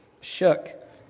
shook